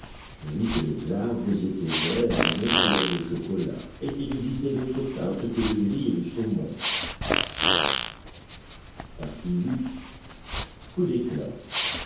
je vis que les arbres étaient verts et non couleur de chocolat et qu'il existait d'autres teintes que le gris et le saumon coup d'éclat